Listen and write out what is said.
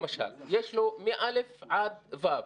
למשל, יש לו מא' עד ו',